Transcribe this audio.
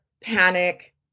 panic